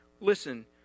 Listen